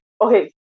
okay